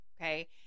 Okay